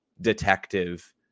detective